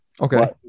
Okay